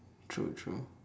true true